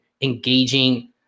engaging